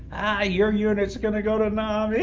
your unit's going to go to nam.